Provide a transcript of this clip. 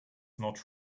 not